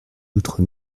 d’outre